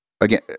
again